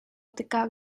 tikah